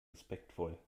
respektvoll